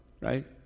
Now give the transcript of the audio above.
right